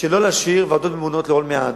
שלא להשאיר ועדות ממונות לעולמי עד.